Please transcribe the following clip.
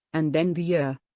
and then the year